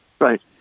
Right